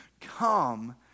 Come